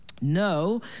No